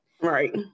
Right